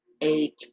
eight